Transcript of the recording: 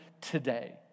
today